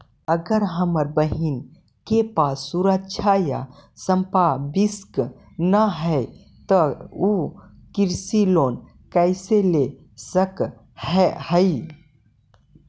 अगर हमर बहिन के पास सुरक्षा या संपार्श्विक ना हई त उ कृषि लोन कईसे ले सक हई?